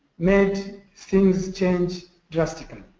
made things change drastically.